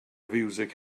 fiwsig